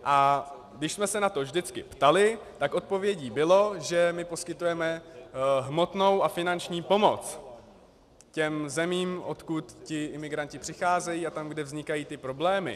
A když jsme se na to vždycky ptali, tak odpovědí bylo, že my poskytujeme hmotnou a finanční pomoc těm zemím, odkud ti imigranti přicházejí, a tam, kde vznikají ty problémy.